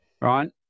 right